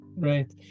Right